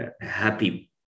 happy